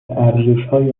ارزشهای